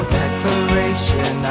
declaration